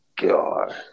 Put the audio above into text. God